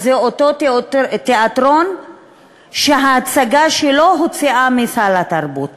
שזה אותו תיאטרון שההצגה שלו הוצאה מסל התרבות